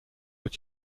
were